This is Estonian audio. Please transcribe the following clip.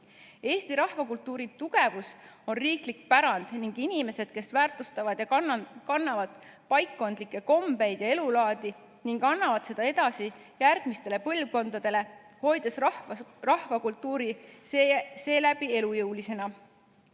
Eesti rahvakultuuri tugevus on riiklik pärand ning inimesed, kes väärtustavad ja kannavad paikkondlikke kombeid ja elulaadi, annavad seda edasi järgmistele põlvkondadele, hoides rahvakultuuri seeläbi elujõulisena.